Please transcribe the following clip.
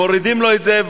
מורידים לו את זה,